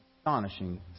astonishing